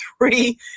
three